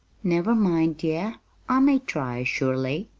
never mind, dear i may try, surely,